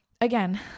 again